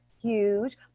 huge